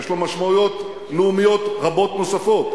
יש לו משמעויות לאומיות רבות נוספות,